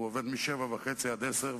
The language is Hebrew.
הוא עובד מ-07:30 עד 22:00,